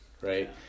right